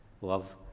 Love